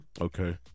okay